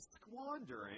squandering